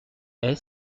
est